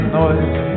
noise